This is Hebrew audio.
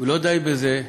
ולא די בזה.